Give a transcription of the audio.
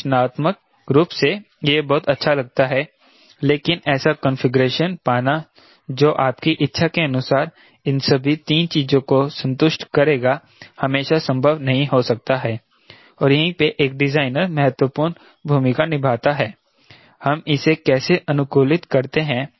विश्लेषणात्मक रूप से यह बहुत अच्छा लगता है लेकिन ऐसा कॉन्फ़िगरेशन पाना जो आपकी इच्छा के अनुसार इन सभी 3 चीजों को संतुष्ट करेगा हमेशा संभव नहीं हो सकता है और यहीं पे एक डिजाइनर महत्वपूर्ण भूमिका निभाता है हम इसे कैसे अनुकूलित करते हैं